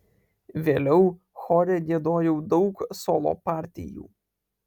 vėliau chore giedojau daug solo partijų